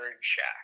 shack